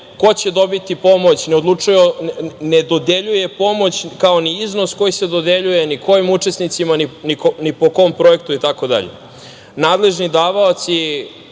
ko će dobiti pomoć, ne dodeljuje pomoć kao ni iznos koji se dodeljuje ni kojim učesnicima, ni po kom projektu itd. Nadležni davaoci